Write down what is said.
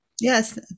Yes